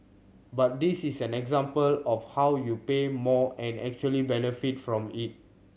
but this is an example of how you pay more and actually benefit from it